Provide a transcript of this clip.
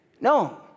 No